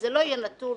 וזה לא יהיה נתון